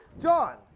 John